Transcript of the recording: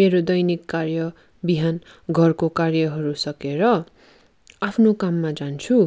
मेरो दैनिक कार्य बिहान घरको कार्यहरू सकेर आफ्नो काममा जान्छु